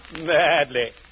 Madly